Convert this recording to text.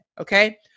okay